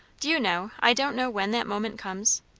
do you know, i don't know when that moment comes?